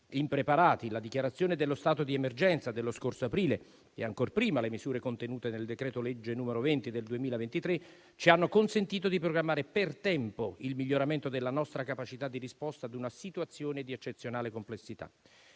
impreparati. La dichiarazione dello stato di emergenza dello scorso aprile e ancor prima le misure contenute nel decreto-legge n. 20 del 2023, ci hanno consentito di programmare per tempo il miglioramento della nostra capacità di risposta ad una situazione di eccezionale complessità.